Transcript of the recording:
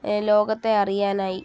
ലോകത്തെ അറിയാനായി